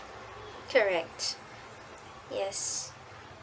correct yes